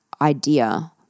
idea